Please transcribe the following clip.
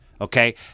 Okay